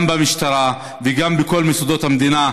גם במשטרה וגם בכל מוסדות המדינה,